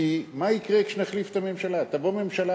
כי מה יקרה כשנחליף את הממשלה?